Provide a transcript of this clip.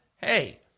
hey